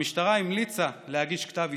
המשטרה המליצה להגיש כתב אישום,